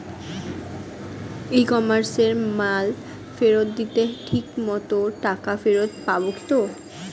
ই কমার্সে মাল ফেরত দিলে ঠিক মতো টাকা ফেরত পাব তো?